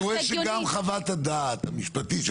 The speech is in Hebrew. אני רואה שגם חוות הדעת המשפטית,